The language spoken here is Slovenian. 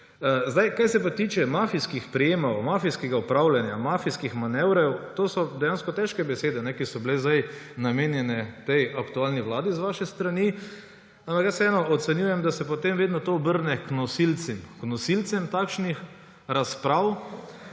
tarok. Kar se pa tiče mafijskih prijemov, mafijskega upravljanja, mafijskih manevrov − to so dejansko težke besede, ki so bile zdaj namenjene tej aktualni vladi z vaše strani, ampak jaz vseeno ocenjujem, da se potem to vedno obrne k nosilcem takšnih razprav,